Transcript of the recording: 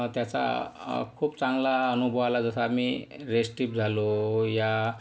त्याचा खूप चांगला अनुभव आला जसा आम्ही रेस्ट्रीप झालो या